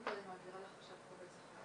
לקבל את הטיפול הרפואי מציל החיים